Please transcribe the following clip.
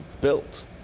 built